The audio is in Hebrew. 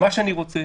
מה שאני רוצה